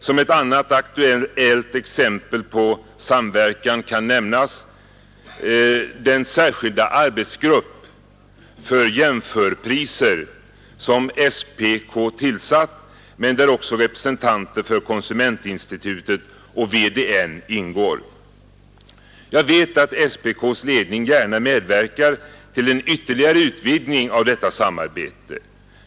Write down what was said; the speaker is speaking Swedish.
Som ett annat aktuellt exempel på samverkan kan nämnas den särskilda arbetsgrupp för jämförpriser som SPK tillsatt men där också representanter för konsumentinstitutet och VDN ingår. Jag vet att SPK:s ledning gärna medverkar till en ytterligare utvidgning av detta samarbete.